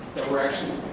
depression,